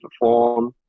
perform